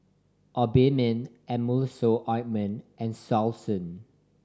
Obimin Emulsying Ointment and Selsun